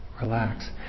relax